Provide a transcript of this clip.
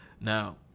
Now –